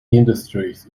industries